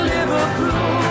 Liverpool